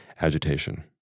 agitation